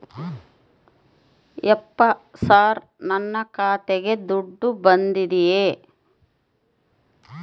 ಯಪ್ಪ ಸರ್ ನನ್ನ ಖಾತೆಗೆ ದುಡ್ಡು ಬಂದಿದೆಯ?